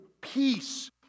peace